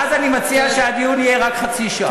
ואז אני מציע שהדיון יהיה רק חצי שעה.